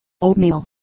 oatmeal